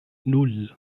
nul